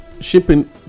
shipping